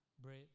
bread